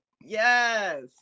Yes